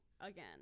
again